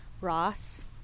Ross